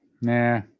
Nah